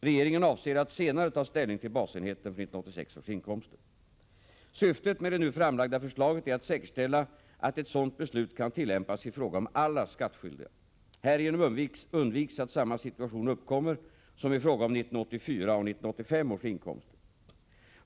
Regeringen avser att senare ta ställning till basenheten för 1986 års inkomster. Syftet med det nu framlagda förslaget är att säkerställa att ett sådant beslut kan tillämpas i fråga om alla skattskyldiga. Härigenom undviks att samma situation uppkommer som i fråga om 1984 och 1985 års inkomster.